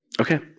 Okay